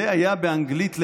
זה היה באנגלית לאל-ערביה.